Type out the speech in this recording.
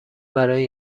برای